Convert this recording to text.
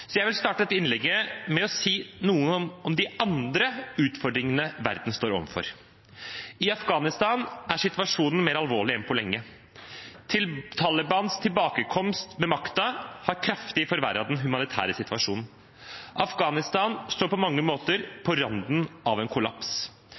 Så jeg vil starte dette innlegget med å si noe om de andre utfordringene verden står overfor. I Afghanistan er situasjonen mer alvorlig enn på lenge. Talibans tilbakekomst ved makten har kraftig forverret den humanitære situasjonen. Afghanistan står på mange måter